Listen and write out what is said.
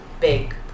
big